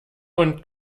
und